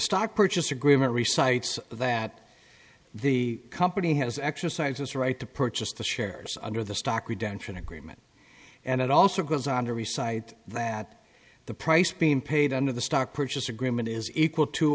stock purchase agreement recites that the company has exercised his right to purchase the shares under the stock redemption agreement and it also goes on every side that the price being paid under the stock purchase agreement is equal to